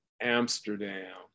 Amsterdam